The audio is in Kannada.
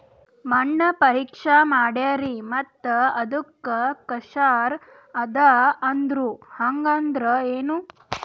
ಮಣ್ಣ ಪರೀಕ್ಷಾ ಮಾಡ್ಯಾರ್ರಿ ಮತ್ತ ಅದು ಕ್ಷಾರ ಅದ ಅಂದ್ರು, ಹಂಗದ್ರ ಏನು?